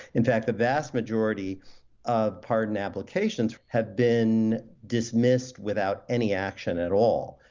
in fact, the vast majority of pardoned applications have been dismissed without any action at all.